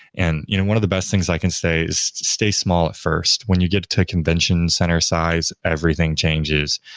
and you know one of the best things i can say is stay small at first. when you get to convention center size, size, everything changes.